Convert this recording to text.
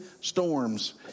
Storms